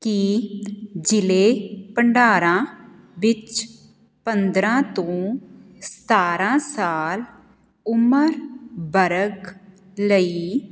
ਕੀ ਜ਼ਿਲ੍ਹੇ ਭੰਡਾਰਾ ਵਿੱਚ ਪੰਦਰਾਂ ਤੋਂ ਸਤਾਰਾਂ ਸਾਲ ਉਮਰ ਵਰਗ ਲਈ